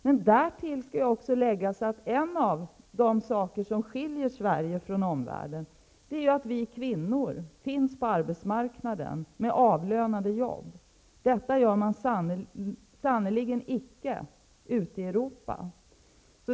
Men det skall också därtill läggas att en av de saker som skiljer Sverige från omvärlden är att vi kvinnor finns på arbetsmarknaden med avlönade jobb. Så är det sannerligen inte ute i Europa.